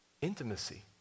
intimacy